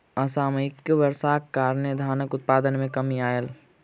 असामयिक वर्षाक कारणें धानक उत्पादन मे कमी आयल